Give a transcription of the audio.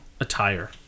attire